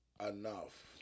enough